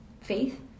Faith